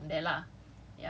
ya which is allowed I mean